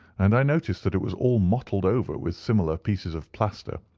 and i noticed that it was all mottled over with similar pieces of plaster,